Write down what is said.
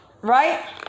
Right